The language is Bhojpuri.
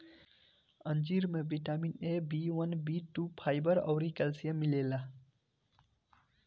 अंजीर में vitamin A, B one, B two, fibre अउरी कैल्शियम मिलेला